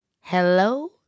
Hello